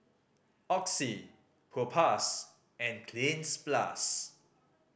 Oxy Propass and Cleanz Plus